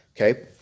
Okay